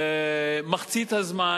מחצית הזמן,